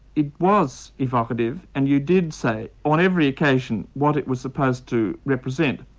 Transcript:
it was evocative and you did say on every occasion what it was supposed to represent.